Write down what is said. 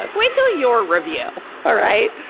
ah wait til your review, all right?